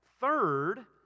Third